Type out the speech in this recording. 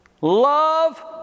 Love